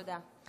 תודה.